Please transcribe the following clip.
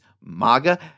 MAGA